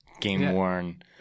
game-worn